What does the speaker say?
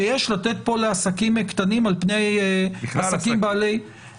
שיש לתת פה לעסקים קטנים על פני עסקים בעלי --- בכלל עסקים.